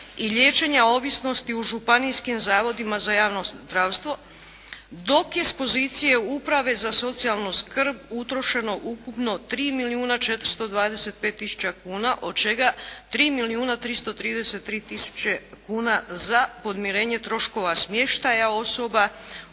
i liječenja ovisnosti u županijskim zavodima za javno zdravstvo dok je s pozicije uprave za socijalnu skrb utrošeno ukupno 3 milijuna 425 tisuća kuna od čega 3 milijuna 333 tisuće kuna za podmirenje troškova smještaja osoba